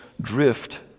drift